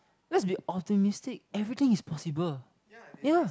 let's be optimistic everything is possible yeah